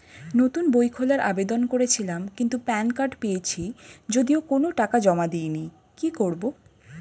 নতুন বই খোলার আবেদন করেছিলাম কিন্তু প্যান কার্ড পেয়েছি যদিও কোনো টাকা জমা দিইনি কি করব?